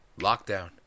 Lockdown